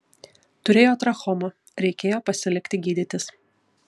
turėjo trachomą reikėjo pasilikti gydytis